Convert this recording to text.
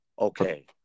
Okay